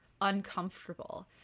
uncomfortable